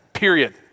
Period